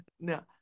No